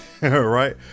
right